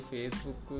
Facebook